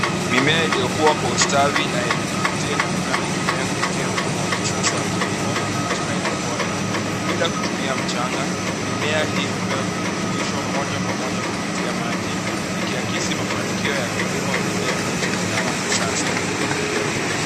Mimea iliyokuwa kwa ustawi na yenye kuvutia inaonekana ikimea kupitia mfumo wa kisasa wa kilimo cha (hydroponic). Bila kutumia mchanga, mimea hii hupewa virutubisho moja kwa moja kupitia maji, ikiakisi mafanikio ya kilimo endelevu na cha kisasa.